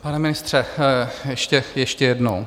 Pane ministře, ještě, ještě jednou.